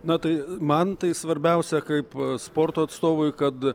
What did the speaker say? na tai man tai svarbiausia kaip sporto atstovui kad